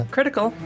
Critical